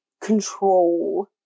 control